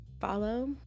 follow